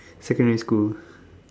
secondary school